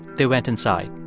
they went inside,